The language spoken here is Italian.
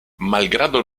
malgrado